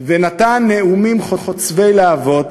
ונתן נאומים חוצבי להבות.